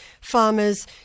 farmers